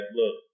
look